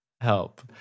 help